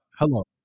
Hello